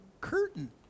curtain